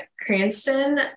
Cranston